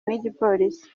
n’igipolisi